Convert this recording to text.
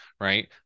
right